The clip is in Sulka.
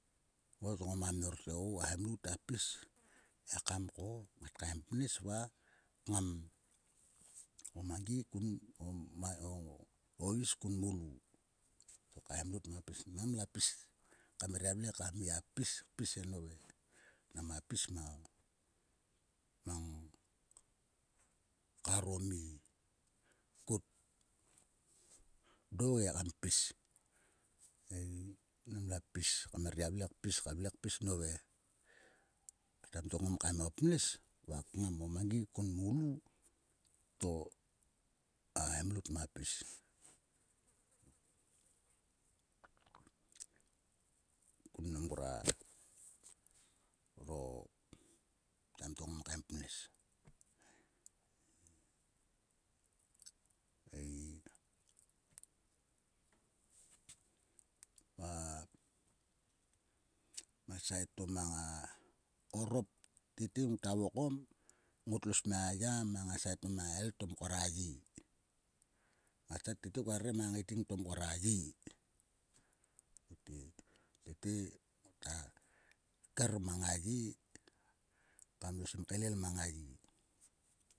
Mor ngoma mnor te o a hemlout ta pis ekam o ngat kaem pnes va ngam o mangi kun. o is kun moulu. O kei a hem lout nama pis. Namla pis. kam her gia vle kam gia pis. pis e. nove. Nama pis mang karo mi kut do ge kam pis. Ei namla pis kam gia vle pis. vle kpis nove. Taim to ngom kaim o pnes va kngam o mangi kun moulu to a hemlout nama pis. Kun mnam ngroaro taim to ngom kaem pnes ei. Va mang a sait to mang a orop. Tete ngta vokom. ngotlo smia ya mang a sait to mang a helt to mkor a ye. A stat tete koa rere mang a ngaiting to mkor a ye tete. Tete ngota ter mang a ye kam lo sim kaelel mang a ye.